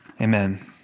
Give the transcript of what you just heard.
Amen